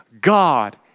God